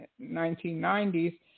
1990s